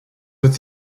with